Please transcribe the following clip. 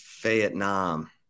Vietnam